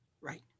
Right